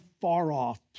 far-off